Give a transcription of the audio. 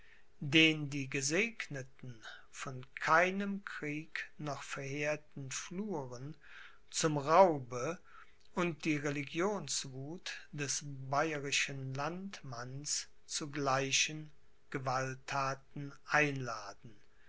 den die gesegneten von keinem krieg noch verheerten fluren zum raube und die religionswuth des bayerischen landmanns zu gleichen gewalttaten einladen